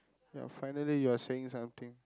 ya finally you are saying something